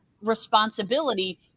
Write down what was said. responsibility